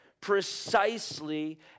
precisely